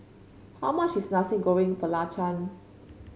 how much is Nasi Goreng Belacan